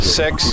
six